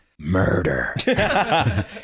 murder